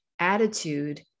attitude